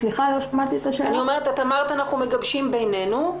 אמרת שאתם מגבשים בינינו.